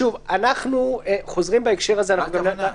שוב, אנחנו חוזרים בהקשר הזה --- מה הכוונה?